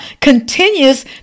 continues